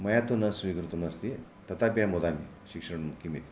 मया तु न स्वीकृतमस्ति तथापि अहं वदामि शिक्षाऋणं किम् इति